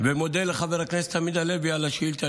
ואודה לחבר הכנסת עמית הלוי על השאילתה.